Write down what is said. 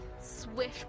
swish